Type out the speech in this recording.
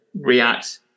react